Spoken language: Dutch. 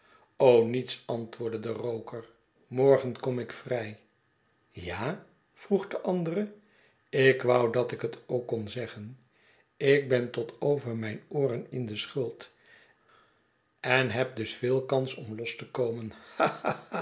niets antwoordde de rooker morgen kom ik vrij ja vroeg de andere ik wou dat ik het ook kon zeggen ik ben tot over mijn ooren in de schuld en heb dus veel kans om los te komen